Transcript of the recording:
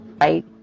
Right